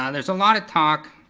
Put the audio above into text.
um there's a lot of talk,